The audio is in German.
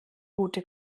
gute